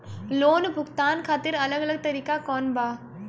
Loan भुगतान खातिर अलग अलग तरीका कौन बा?